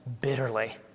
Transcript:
bitterly